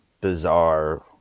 bizarre